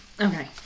Okay